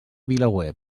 vilaweb